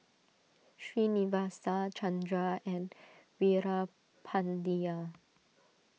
Srinivasa Chandra and Veerapandiya